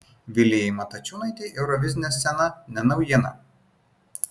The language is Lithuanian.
vilijai matačiūnaitei eurovizinė scena ne naujiena